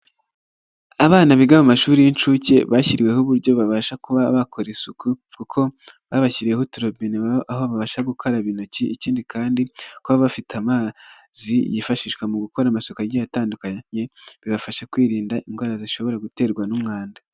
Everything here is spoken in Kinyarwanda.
Abana biga mu mashuri y'inshuke bashyiriweho uburyo babasha kuba bakora isuku kuko babashyiriyeho uturobine aho babasha gukaraba intoki, ikindi kandi kuba bafite amazi yifashishwa mu gukora amasuku agiye atandukanye bibafasha kwirinda indwara zishobora guterwa n'umwanda.